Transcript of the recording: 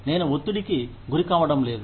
నేను ఒత్తిడికి గురి కావడం లేదు